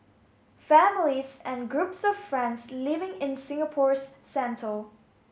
families and groups of friends living in Singapore's centre